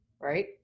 right